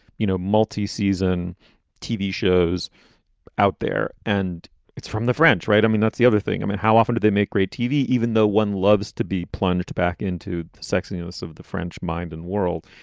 you know, multi season tv shows out there. and it's from the french, right? i mean, that's the other thing. i mean, how often do they make great tv, even though one loves to be plunged back into sexiness of the french mind and world?